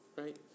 Right